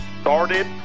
started